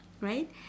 right